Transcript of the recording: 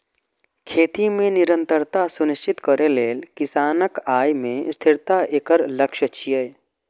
खेती मे निरंतरता सुनिश्चित करै लेल किसानक आय मे स्थिरता एकर लक्ष्य छियै